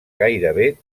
gairebé